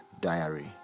Diary